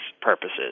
purposes